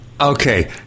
okay